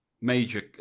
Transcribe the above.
Major